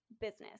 business